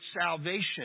salvation